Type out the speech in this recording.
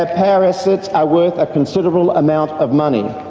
ah power assets are worth a considerable amount of money,